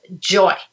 joy